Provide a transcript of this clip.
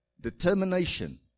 determination